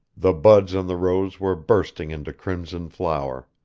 the buds on the rose were bursting into crimson flower.